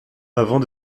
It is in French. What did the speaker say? avant